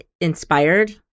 inspired